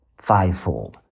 fivefold